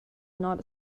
not